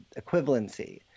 equivalency